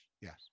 yes